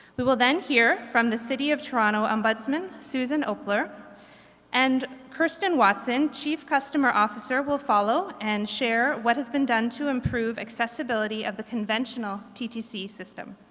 we will then hear from the city of toronto ombudsman susan opler and kirsten watson chief customer officer will follow and share what has been done to improve accessibility of the conventional ttc system.